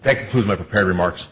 that was my prepared remarks